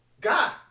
God